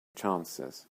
chances